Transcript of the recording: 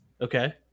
okay